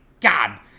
god